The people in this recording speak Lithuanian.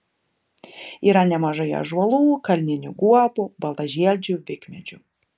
yra nemažai ąžuolų kalninių guobų baltažiedžių vikmedžių